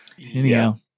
Anyhow